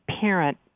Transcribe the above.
parent